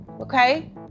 Okay